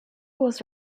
was